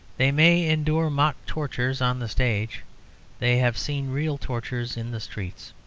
they may endure mock tortures on the stage they have seen real tortures in the streets.